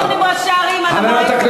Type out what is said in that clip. היה דיון עם ראשי ערים על המים,